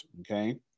Okay